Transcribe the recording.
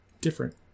different